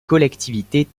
collectivités